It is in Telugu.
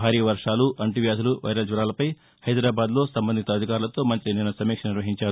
భారీవర్షాలు అంటువ్యాధులు వైరల్ జ్వరాలపై హైదరాబాద్లో సంబంధిత అధికారులతో మంతి నిన్న సమీక్ష నిర్వహించారు